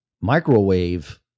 microwave